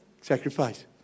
sacrifice